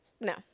No